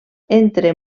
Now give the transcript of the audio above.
entre